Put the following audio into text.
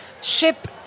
ship